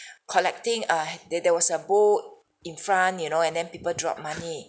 collecting uh there there was a bowl in front you know and then people drop money